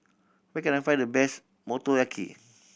where can I find the best Motoyaki